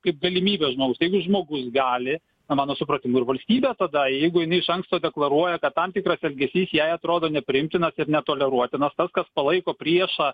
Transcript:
kaip galimybė žmogus jeigu žmogus gali na mano supratimu ir valstybė tada jeigu jinai iš anksto deklaruoja kad tam tikras elgesys jai atrodo nepriimtinas ir netoleruotinas kas palaiko priešą